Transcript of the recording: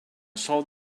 solve